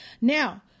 Now